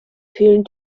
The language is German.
vielen